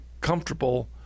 comfortable